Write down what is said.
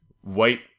white